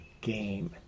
game